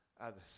others